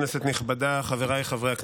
כנסת נכבדה, חבריי חברי הכנסת,